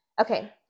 Okay